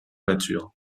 nature